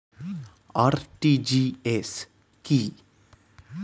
RTGS কি?